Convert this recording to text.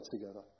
together